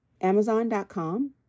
Amazon.com